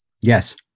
Yes